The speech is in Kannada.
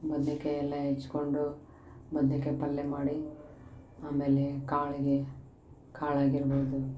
ಬದ್ನಿಕಾಯಿ ಎಲ್ಲ ಹೆಚ್ಕೊಂಡು ಬದ್ನಿಕಾಯಿ ಪಲ್ಲೆ ಮಾಡಿ ಆಮೇಲೇ ಕಾಳಿಗೆ ಕಾಳಿಗೆ ಇರ್ಬೋದು